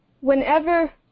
whenever